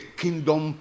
kingdom